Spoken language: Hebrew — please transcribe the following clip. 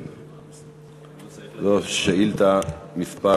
שאילתה מס'